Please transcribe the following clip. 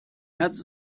herz